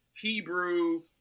hebrew